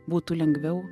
būtų lengviau